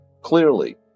Clearly